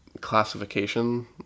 classification